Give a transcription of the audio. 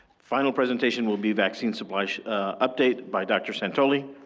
final presentation will be vaccine supplies update by dr. santoli.